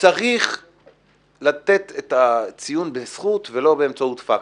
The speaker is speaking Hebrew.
צריך לתת את הציון בזכות ולא באמצעות פקטור,